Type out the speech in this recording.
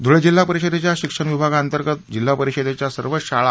धूळे जिल्हा परिषदेच्या शिक्षण विभागांतर्गत जिल्हा परिषदेच्या सर्वच शाळा